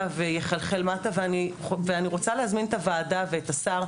ויחלחל מטה ואני רוצה להזמין את הוועדה ואת השר,